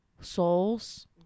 souls